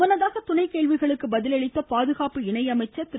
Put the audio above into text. முன்னதாக துணைக் கேள்விகளுக்கு பதிலளித்த பாதுகாப்பு இணையமைச்சர் திரு